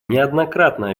неоднократно